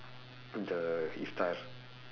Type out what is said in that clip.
the iftar